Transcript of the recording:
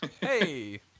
Hey